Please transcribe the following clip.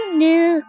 new